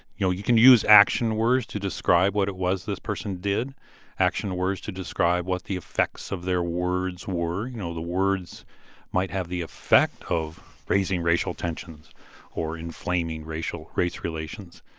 you know, you can use action words to describe what it was this person did action words to describe what the effects of their words were. you know, the words might have the effect of raising racial tensions or inflaming race relations.